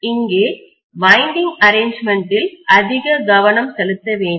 இங்கே வைண்டிங்முறுக்கு அரேஞ்ச்மெண்டில் அதிக கவனம் செலுத்தவேண்டும்